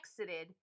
exited